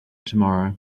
tomorrow